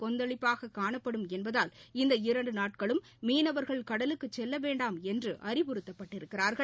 கொந்தளிப்பாககாணப்படும் என்பதால் இந்த இரண்டுநாட்களும் மீனவர்கள் கடல் கடலுக்குசெல்லவேண்டாம் என்றுஅறிவுறுத்தப்பட்டுள்ளார்கள்